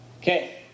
Okay